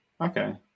Okay